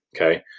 Okay